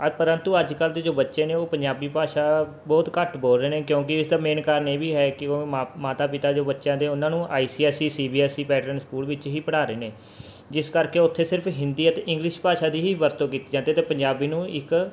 ਅੱਜ ਪਰੰਤੂ ਅੱਜ ਕੱਲ੍ਹ ਦੇ ਜੋ ਬੱਚੇ ਨੇ ਉਹ ਪੰਜਾਬੀ ਭਾਸ਼ਾ ਬਹੁਤ ਘੱਟ ਬੋਲ ਰਹੇ ਨੇ ਕਿਉਂਕਿ ਇਸਦਾ ਮੇਨ ਕਾਰਨ ਇਹ ਵੀ ਹੈ ਕਿ ਉਹ ਮਾ ਮਾਤਾ ਪਿਤਾ ਜੋ ਬੱਚਿਆਂ ਦੇ ਉਹਨਾਂ ਨੂੰ I C S E C B S E pattern school ਵਿੱਚ ਹੀ ਪੜ੍ਹਾ ਰਹੇ ਨੇ ਜਿਸ ਕਰਕੇ ਉੱਥੇ ਸਿਰਫ ਹਿੰਦੀ ਅਤੇ ਇੰਗਲਿਸ਼ ਭਾਸ਼ਾ ਦੀ ਹੀ ਵਰਤੋਂ ਕੀਤੀ ਜਾਂਦੀ ਅਤੇ ਪੰਜਾਬੀ ਨੂੰ ਇੱਕ